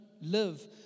live